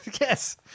Yes